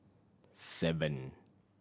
seven